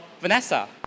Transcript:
Vanessa